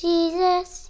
Jesus